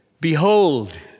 behold